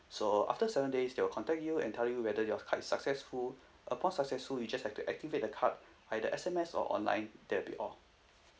so after seven days they will contact you and tell you whether your card is successful upon successful you just have to activate the card either S_M_S or online that will be all